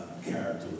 Character